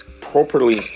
properly